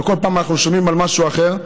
וכל פעם אנחנו שומעים על משהו אחר.